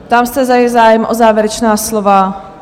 Ptám se, zda je zájem o závěrečná slova?